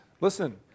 Listen